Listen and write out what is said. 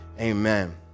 Amen